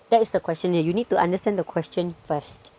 that is the question here you need to understand the question first